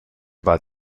war